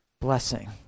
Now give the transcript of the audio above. blessing